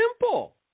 simple